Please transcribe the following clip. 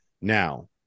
Now